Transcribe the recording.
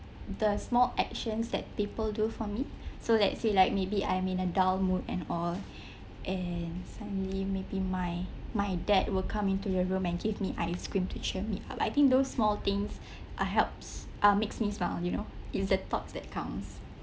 the small actions that people do for me so let's say like maybe I'm in a dull mood and all and suddenly maybe my my dad will come into the room and give me ice cream to cheer me up I think those small things uh helps uh makes me smile you know it's the thought that counts